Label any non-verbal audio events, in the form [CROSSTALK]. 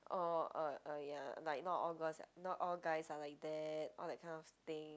oh uh ya like not all guys [NOISE] not all guys are like that all that kind of thing